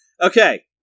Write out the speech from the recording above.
okay